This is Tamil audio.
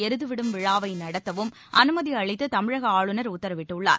எருதுவிடும் விழாவை நடத்த அனுமதி அளித்து தமிழக ஆளுநர் உத்தரவிட்டுள்ளார்